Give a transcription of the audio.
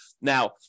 Now